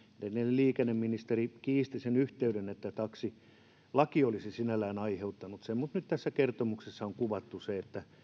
liikenneministeri kiisti sen yhteyden että taksilaki olisi sinällään aiheuttanut sen mutta nyt tässä kertomuksessa on kuvattu se että